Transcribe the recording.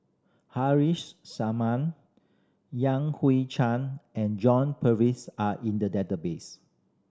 Haresh Sharma Yan Hui Chang and John Purvis are in the database